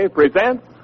presents